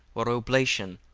or oblation,